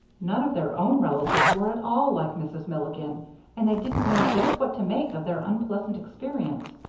none of their own relatives were at all like mrs. milligan and they didn't know just what to make of their unpleasant experience.